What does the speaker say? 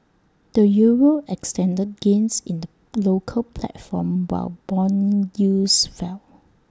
the euro extended gains in the local platform while Bond yields fell